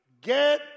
get